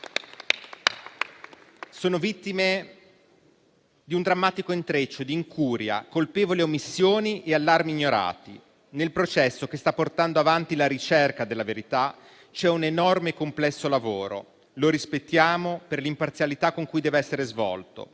Sono vittime di un drammatico intreccio di incuria, colpevoli omissioni e allarmi ignorati. Nel processo che sta portando avanti la ricerca della verità, c'è un enorme e complesso lavoro. Lo rispettiamo per l'imparzialità con cui deve essere svolto,